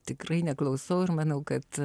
tikrai neklausau ir manau kad